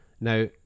now